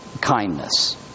kindness